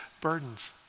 burdens